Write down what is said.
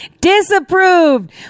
disapproved